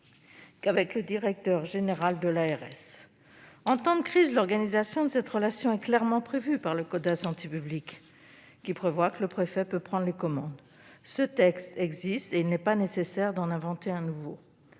qu'avec le directeur général de l'ARS. En temps de crise, l'organisation de cette relation est clairement prévue par le code de la santé publique : le préfet peut prendre les commandes. Ce texte existe et il n'est pas nécessaire d'en inventer un nouveau.